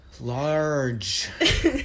large